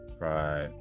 right